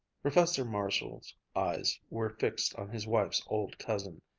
professor marshall's eyes were fixed on his wife's old cousin.